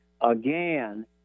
again